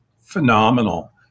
phenomenal